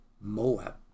Moab